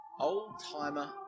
old-timer